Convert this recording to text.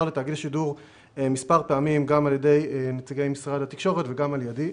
לתאגיד השידור מספר פעמים גם על-ידי נציגי משרד התקשורת וגם על ידי.